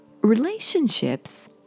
Relationships